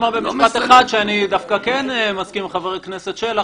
אומר במשפט אחד שאני דווקא כן מסכים עם חבר הכנסת שלח,